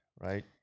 Right